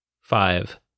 Five